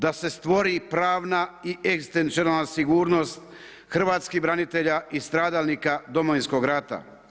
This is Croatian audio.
Da se stvori pravna i egzistencijalna sigurnost hrvatskih branitelja i stradalnika Domovinskog rata.